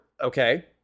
Okay